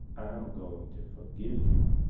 i'm going to forgive you.